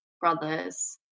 brothers